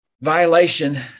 Violation